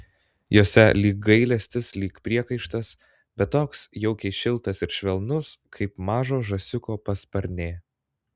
jose lyg gailestis lyg priekaištas bet toks jaukiai šiltas ir švelnus kaip mažo žąsiuko pasparnė